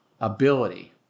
ability